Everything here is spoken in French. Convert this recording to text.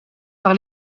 par